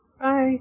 Bye